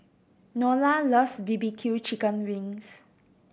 Nola loves B B Q chicken wings